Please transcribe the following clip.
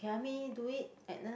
I mean do it Edna